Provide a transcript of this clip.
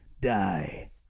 die